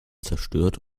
zerstört